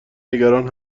نگران